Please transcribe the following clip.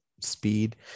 speed